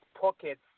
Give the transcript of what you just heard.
pockets